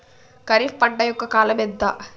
ఖరీఫ్ పంట యొక్క కాలం ఎంత?